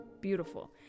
Beautiful